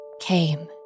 came